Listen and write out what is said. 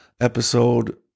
episode